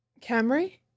Camry